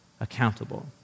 accountable